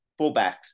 fullbacks